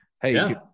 hey